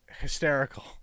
hysterical